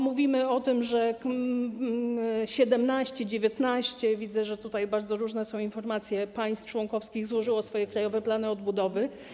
Mówimy o tym, że 17, 19 - widzę, że tutaj są bardzo różne informacje - państw członkowskich złożyło swoje krajowe plany odbudowy.